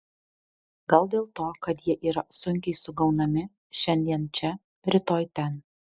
gal dėl to kad jie yra sunkiai sugaunami šiandien čia rytoj ten